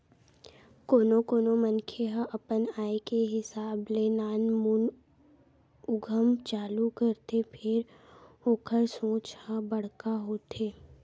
कोनो कोनो मनखे ह अपन आय के हिसाब ले नानमुन उद्यम चालू करथे फेर ओखर सोच ह बड़का होथे